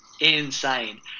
insane